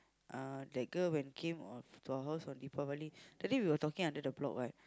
uh that girl when came of to our house on Deepavali that day we were talking under the block what